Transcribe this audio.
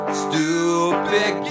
stupid